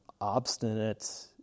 obstinate